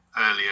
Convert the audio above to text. earlier